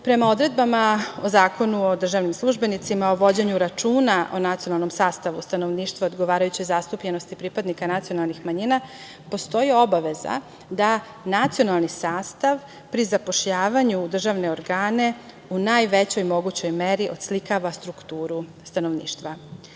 prema odredbama Zakona o državnim službenicima, o vođenju računa o nacionalnom sastavu stanovništva odgovarajuće zastupljenosti pripadnika nacionalnih manjina, postoji obaveza da nacionalni sastav pri zapošljavanju u državne organe u najvećoj mogućoj meri oslikava strukturu stanovništva. Da